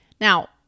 Now